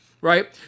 Right